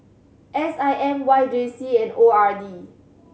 S I M Y J C and O R D